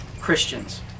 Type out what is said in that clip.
Christians